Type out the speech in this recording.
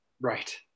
Right